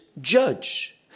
judge